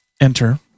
enter